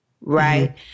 right